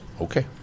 Okay